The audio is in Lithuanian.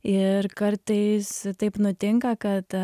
ir kartais taip nutinka kad